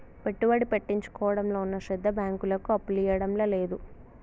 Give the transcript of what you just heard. పెట్టుబడి పెట్టించుకోవడంలో ఉన్న శ్రద్ద బాంకులకు అప్పులియ్యడంల లేదు